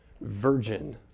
virgin